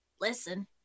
listen